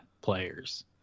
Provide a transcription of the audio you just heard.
players